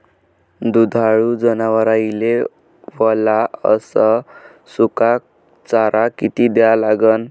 दुधाळू जनावराइले वला अस सुका चारा किती द्या लागन?